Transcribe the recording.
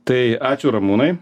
tai ačiū ramūnai